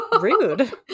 Rude